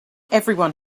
everyone